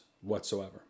whatsoever